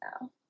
now